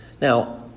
Now